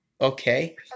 Okay